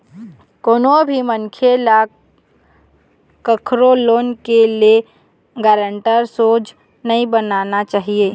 कोनो भी मनखे ल कखरो लोन के ले म गारेंटर सोझ नइ बनना चाही